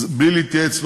זה בלי להתייעץ,